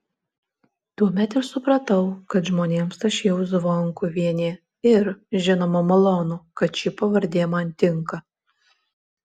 tuomet ir supratau kad žmonėms aš jau zvonkuvienė ir žinoma malonu kad ši pavardė man tinka